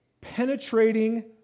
penetrating